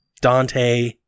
Dante